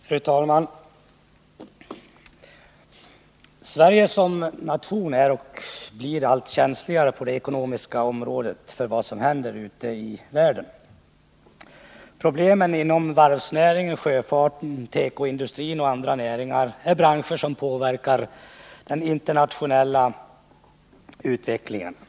Fru talman! Sverige som nation är känsligt och blir allt känsligare på det ekonomiska området för vad som händer ute i världen. Problem finns inom varvsnäringen, sjöfarten, tekoindustrin och andra näringar, och det är branscher som påverkas av den internationella utvecklingen.